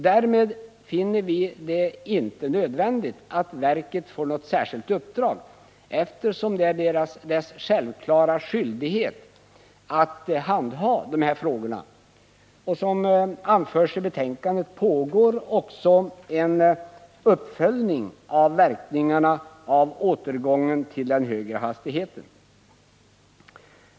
Därmed finner vi det inte nödvändigt att verket får något särskilt uppdrag, eftersom det är dess självklara skyldighet att handha dessa frågor. Som anförs i betänkandet, pågår också en uppföljning av verkningarna av återgången till den högre hastigheten.